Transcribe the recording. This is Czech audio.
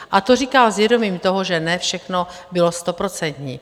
A to říkám s vědomím toho, že ne všechno bylo stoprocentní.